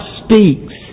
speaks